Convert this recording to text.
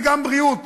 וגם בריאות